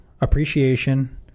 appreciation